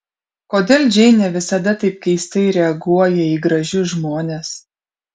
kodėl džeinė visada taip keistai reaguoja į gražius žmones